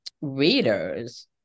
readers